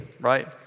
right